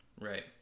Right